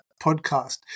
podcast